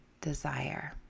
desire